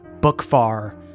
Bookfar